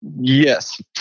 Yes